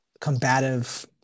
combative